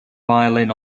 violin